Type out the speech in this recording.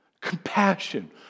Compassion